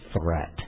threat